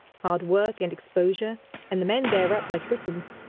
hard work and exposure and the men bear up like britons.